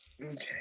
Okay